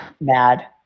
mad